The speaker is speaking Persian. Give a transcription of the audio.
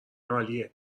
عالیه